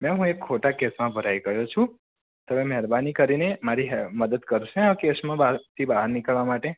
ma'am હું એક ખોટા કેસમાં ભરાઈ ગયો છું તમે મહેરબાની કરીને મારી હેલ મદદ કરશો આ કેસમાં બહાર માંથી બહાર નીકળવા માટે